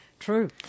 True